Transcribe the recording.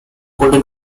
golden